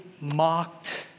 mocked